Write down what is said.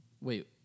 Wait